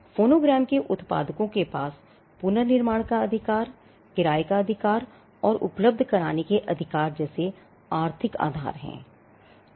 phonogram के उत्पादकों के पास पुनर्निर्माण का अधिकार किराये का अधिकार और उपलब्ध कराने के अधिकार जैसे आर्थिक अधिकार हैं